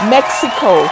Mexico